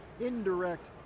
indirect